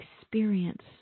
experience